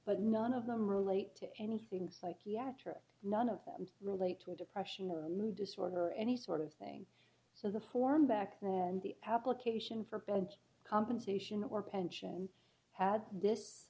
but none of them relate to anything psychiatric none of them relate to depression or mood disorder or any sort of thing so the form back and the application for bench compensation or pension had this